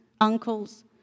uncles